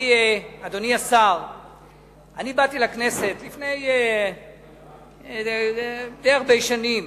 אני באתי לכנסת לפני די הרבה שנים,